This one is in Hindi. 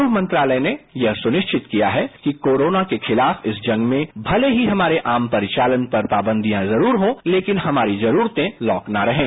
गृह मंत्रालय ने यह सुनिश्चित किया है कि कोरोना के खिलाफ इस जंग में भले ही हमारे आम परिचालन पर पावंदियां जरूर हो लेकिन हमारी जरूरतें लॉक न रहें